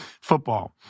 football